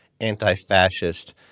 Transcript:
anti-fascist